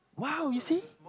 !wow! you see